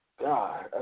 God